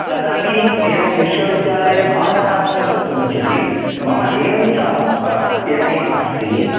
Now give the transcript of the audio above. तदपि एवं विश्वविद्यालये पाठनार्थं कर्तुमिच्छसि मम एवं सा एवम् अस्ति